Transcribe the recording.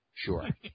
Sure